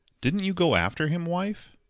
didn't you go after him, wife?